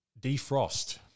defrost